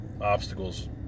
obstacles